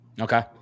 okay